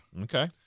Okay